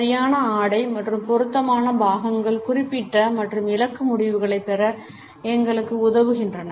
சரியான ஆடை மற்றும் பொருத்தமான பாகங்கள் குறிப்பிட்ட மற்றும் இலக்கு முடிவுகளை பெற எங்களுக்கு உதவுகின்றன